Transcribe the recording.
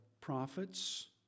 prophets